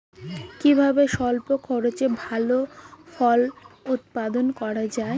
কিভাবে স্বল্প খরচে ভালো ফল উৎপাদন করা যায়?